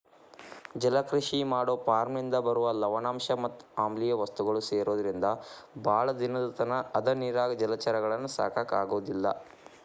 ಜಲಕೃಷಿ ಮಾಡೋ ಫಾರ್ಮನಿಂದ ಬರುವ ಲವಣಾಂಶ ಮತ್ ಆಮ್ಲಿಯ ವಸ್ತುಗಳು ಸೇರೊದ್ರಿಂದ ಬಾಳ ದಿನದತನ ಅದ ನೇರಾಗ ಜಲಚರಗಳನ್ನ ಸಾಕಾಕ ಆಗೋದಿಲ್ಲ